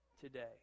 today